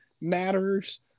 matters